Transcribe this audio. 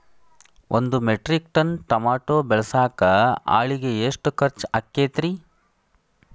ಒಂದು metric ton tomato ಬೆಳಸಾಕ್ ಆಳಿಗೆ ಎಷ್ಟು ಖರ್ಚ್ ಆಕ್ಕೇತ್ರಿ?